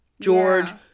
George